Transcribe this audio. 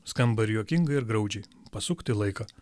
skamba ir juokingai ir graudžiai pasukti laiką